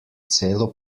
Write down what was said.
celo